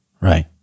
Right